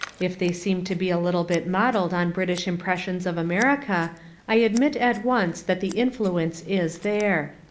if they seem to be a little bit modelled on british impressions of america i admit at once that the influence is there.